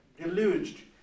deluged